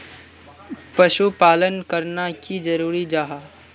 पशुपालन करना की जरूरी जाहा?